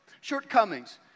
shortcomings